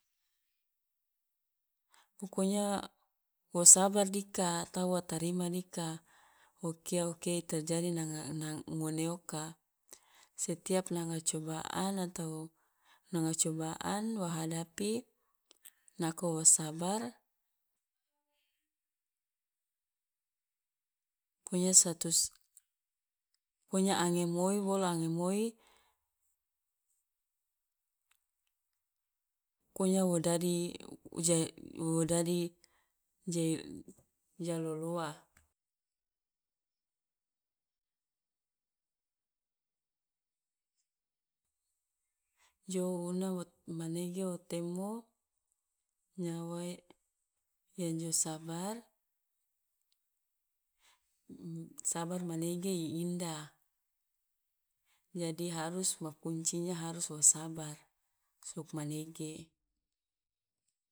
Pokonya wo sabar dika atau wa tarima dika o kia o kia i terjadi nanga nang ngone oka, setiap nanga cobaan atau nanga cobaan wo hadapi nako wo sabar pokonya satus pokonya ange moi bolo ange moi pokonya wo dadi uja wo dadi jei ja loloa, jou una wo manege o temo nyawa ya- yang jo sabar, sabar manege i indah jadi harus wa kuncinya harus wo sabar, sugmanege.